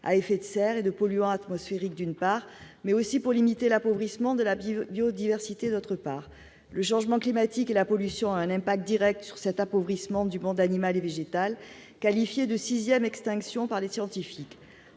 à effet de serre et de polluants atmosphériques, d'une part, mais aussi pour limiter l'appauvrissement de la biodiversité, d'autre part. Le changement climatique et la pollution ont un impact direct sur cet appauvrissement du monde animal et végétal, qualifié de « sixième extinction » par les scientifiques.